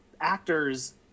actors